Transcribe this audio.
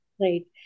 Right